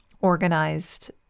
organized